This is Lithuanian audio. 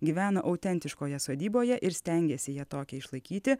gyvena autentiškoje sodyboje ir stengiasi ją tokią išlaikyti